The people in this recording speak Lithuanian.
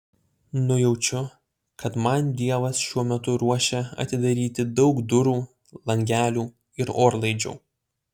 nujaučiu kad man dievas šiuo metu ruošia atidaryti daug durų langelių ir orlaidžių